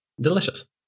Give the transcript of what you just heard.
Delicious